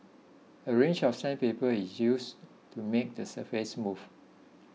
a range of sandpaper is used to make the surface smooth